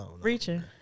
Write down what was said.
reaching